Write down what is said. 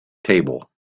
table